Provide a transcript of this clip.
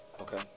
Okay